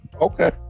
okay